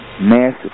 massive